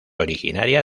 originaria